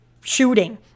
shooting